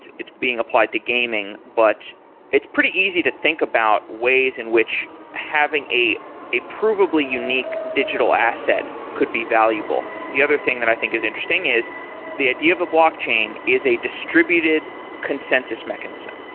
it's it's being applied to gaming, but it's pretty easy to think about ways in which having a a provably unique digital asset could be valuable. the other thing that i think is interesting is the idea of a blockchain is a distributed consensus mechanism,